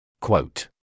Quote